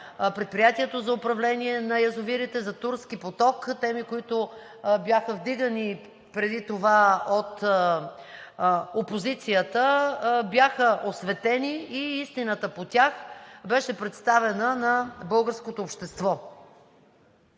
Предприятието за управление на язовирите, за „Турски поток“ – теми, които бяха вдигани преди това от опозицията, бяха осветени и истината по тях беше представена на българското общество.